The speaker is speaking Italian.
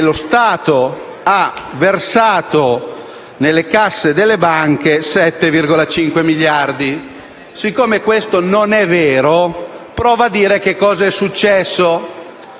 lo Stato ha versato nelle casse delle banche 7,5 miliardi. Siccome questo non è vero, provo a dire che cos'è successo.